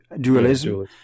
Dualism